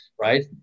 right